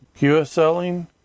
QSLing